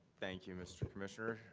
thank you, mr. commissioner.